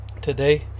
Today